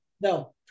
No